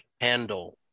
handle